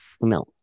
No